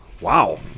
Wow